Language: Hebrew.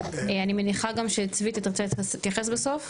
אני מניחה גם שצבי אתה רוצה להתייחס בסוף.